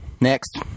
next